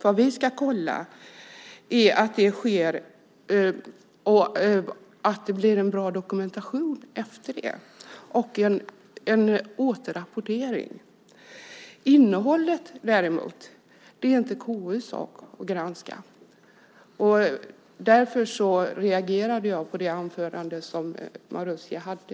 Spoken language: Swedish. Vad vi ska kolla är att det sker och att det blir en bra dokumentation efter det samt en återrapportering. Innehållet däremot är inte KU:s sak att granska. Därför reagerade jag på Mauricios anförande.